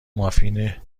مافین